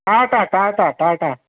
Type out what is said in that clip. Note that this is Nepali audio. टाटा टाटा टाटा